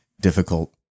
difficult